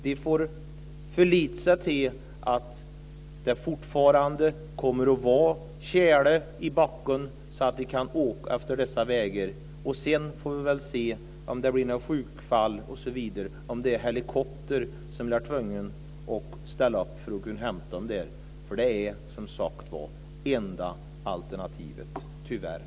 De får förlita sig på att det kommer att fortsätta vara tjäle i backen så att de kan åka på dessa vägar. Sedan får vi väl se, om det blir några sjukfall osv., om det blir helikopter som får ställa upp och hämta dem. Det är, som sagt, det enda alternativet - tyvärr.